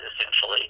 essentially